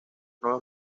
nuevos